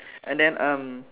and then um